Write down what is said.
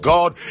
God